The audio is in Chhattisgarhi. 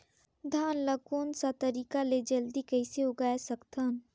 धान ला कोन सा तरीका ले जल्दी कइसे उगाय सकथन?